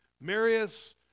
Marius